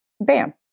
Bam